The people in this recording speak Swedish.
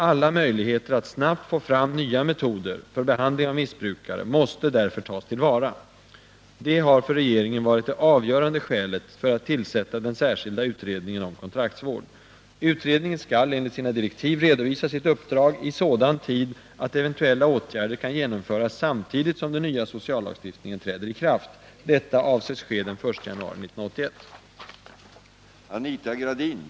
Alla möjligheter att snabbt få fram nya metoder för behandling av missbrukare måste därför tas till vara. Detta har för regeringen varit det avgörande skälet för att tillsätta den särskilda utredningen om kontraktsvård. Utredningen skall enligt sina direktiv redovisa sitt uppdrag i sådan tid att eventuella åtgärder kan genomföras samtidigt som den nya sociallagstiftningen träder i kraft. Detta avses ske den 1 januari 1981.